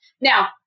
Now